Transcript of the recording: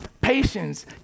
patience